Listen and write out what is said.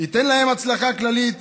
ייתן להם הצלחה כללית